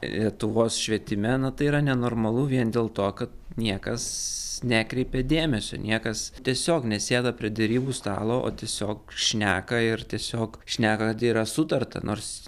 lietuvos švietime na tai yra nenormalu vien dėl to kad niekas nekreipė dėmesio niekas tiesiog nesėda prie derybų stalo o tiesiog šneka ir tiesiog šneka kad yra sutarta nors